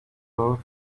both